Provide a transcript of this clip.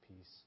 peace